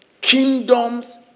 kingdoms